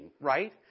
right